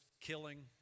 killing